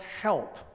help